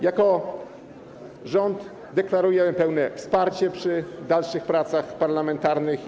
Jako rząd deklarujemy pełne wsparcie przy dalszych pracach parlamentarnych.